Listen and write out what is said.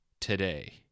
today